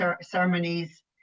ceremonies